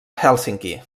hèlsinki